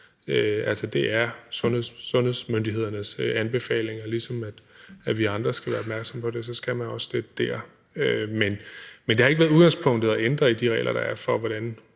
det er sundhedsmyndighedernes anbefalinger, der gælder, og ligesom vi andre skal være opmærksomme på det, skal man også det dér. Men det har ikke været udgangspunktet at ændre i de regler, der er for, hvordan